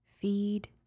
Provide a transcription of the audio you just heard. Feed